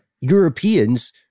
Europeans